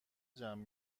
جمع